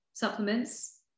supplements